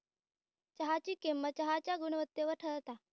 चहाची किंमत चहाच्या गुणवत्तेवर ठरता